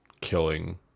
killing